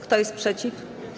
Kto jest przeciw?